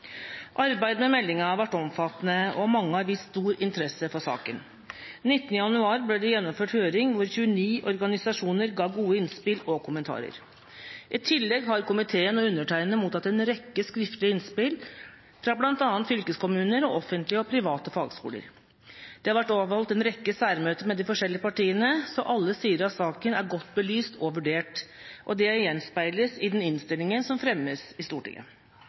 med meldinga har vært omfattende, og mange har vist stor interesse for saken. Den 19. januar ble det gjennomført høring, hvor 29 organisasjoner ga gode innspill og kommentarer. I tillegg har komiteen og undertegnede mottatt en rekke skriftlige innspill fra bl.a. fylkeskommuner og offentlige og private fagskoler. Det har vært avholdt en rekke særmøter med de forskjellige partiene, så alle sider av saken er godt belyst og vurdert, og det gjenspeiles i den innstillinga som fremmes i Stortinget.